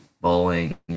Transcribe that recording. bowling